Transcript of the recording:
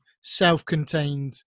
self-contained